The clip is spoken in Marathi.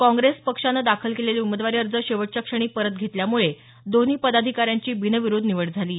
काँग्रेस पक्षाने दाखल केलेले उमेदवारी अर्ज शेवटच्या क्षणी परत घेतल्यामुळे दोन्ही पदाधिकाऱ्यांची बिनविरोध निवड झाली आहे